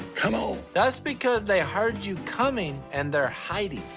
come on! that's because they heard you coming, and they're hiding.